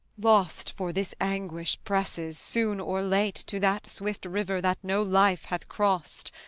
lost, for this anguish presses, soon or late, to that swift river that no life hath crossed.